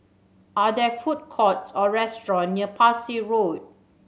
are there food courts or restaurant near Parsi Road